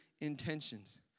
intentions